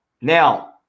Now